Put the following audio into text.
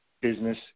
business